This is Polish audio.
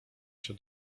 się